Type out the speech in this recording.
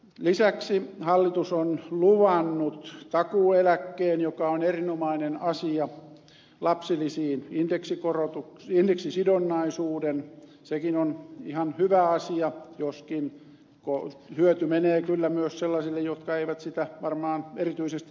lisäksi hallitus on luvannut takuueläkkeen joka on erinomainen asia lapsilisiin indeksisidonnaisuuden sekin on ihan hyvä asia joskin hyöty menee kyllä myös sellaisille jotka eivät sitä varmaan erityisesti tarvitsisi